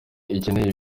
ikeneye